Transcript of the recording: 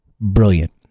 brilliant